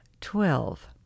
twelve